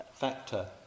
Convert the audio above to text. Factor